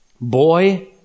boy